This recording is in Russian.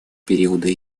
периода